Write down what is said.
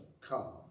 come